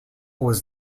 was